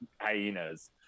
hyenas